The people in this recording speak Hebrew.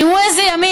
תראו איזה ימים,